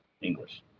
English